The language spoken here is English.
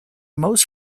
most